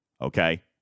okay